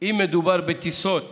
אם מדובר בטיסות